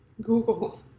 Google